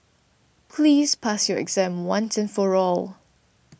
please pass your exam once and for all